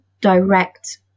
direct